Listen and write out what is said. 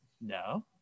No